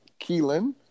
Keelan